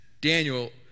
Daniel